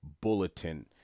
bulletin